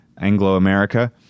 Anglo-America